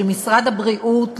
של משרד הבריאות,